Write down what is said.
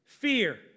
Fear